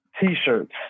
t-shirts